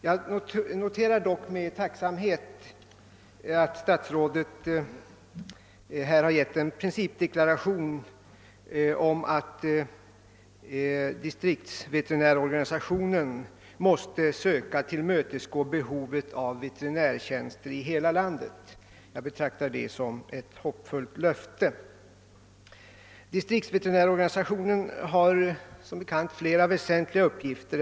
Jag noterar dock med tacksamhet att statsrådet här har avgivit en principdeklaration om att distriktsveterinärorganisationen måste söka tillmötesgå behovet av veterinärtjänster i hela landet. Jag betraktar detta som. ett! hoppfullt löfte. Distriktsveterinärorganisationen har flera väsentliga uppgifter.